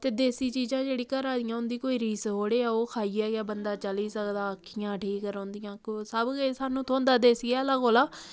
ते देसी चीजां जेह्ड़ी घरा दियां होंदी उं'दी कोई रीस थोह्ड़ी ऐ खाइयै बंदा चली सकदा अक्खियां ठीक रौंह्दियां ते सब किश स थोंह्दा देसी हैला कोह्ला